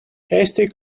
hasty